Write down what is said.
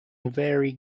vary